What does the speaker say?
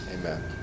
Amen